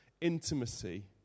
intimacy